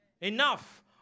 Enough